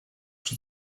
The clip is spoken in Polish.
czy